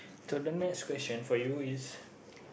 so the next question for you is